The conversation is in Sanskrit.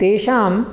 तेषां